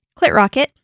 Clitrocket